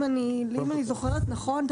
אם אני זוכרת נכון,